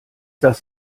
das